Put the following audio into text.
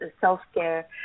self-care